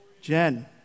Jen